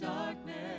Darkness